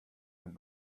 sind